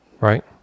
right